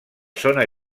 zona